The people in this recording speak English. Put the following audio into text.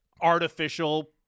artificial